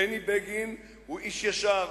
בני בגין הוא איש ישר,